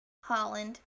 Holland